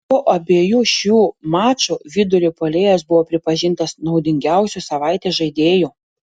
po abiejų šių mačų vidurio puolėjas buvo pripažintas naudingiausiu savaitės žaidėju